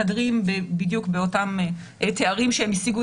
שמתהדרים בדיוק באותם תארים שהם השיגו